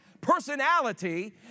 personality